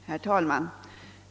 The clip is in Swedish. Herr talman!